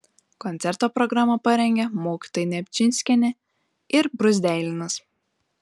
koncerto programą parengė mokytojai nemčinskienė ir bruzdeilinas